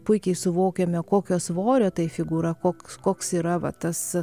puikiai suvokiame kokio svorio tai figūra koks koks yra va tas